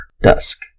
dusk